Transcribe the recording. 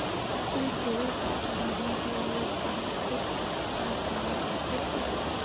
क्या तुम toll tax भरने के लिए फासटेग का इस्तेमाल करते हो?